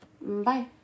Bye